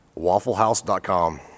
WaffleHouse.com